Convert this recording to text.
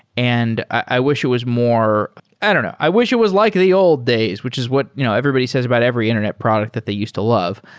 and i wish it was more i don't know. i wish it was like the old days, which is what you know everybody says about every internet product that they used to love.